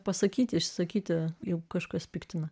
pasakyti išsakyti juk kažkas piktina